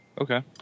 Okay